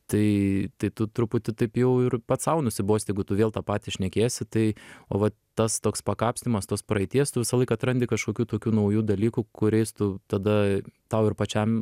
tai tai tu truputį taip jau ir pats sau nusibosti jeigu tu vėl tą patį šnekėsi tai o va tas toks pakapstymas tos praeities tu visąlaik atrandi kažkokių tokių naujų dalykų kuriais tu tada tau ir pačiam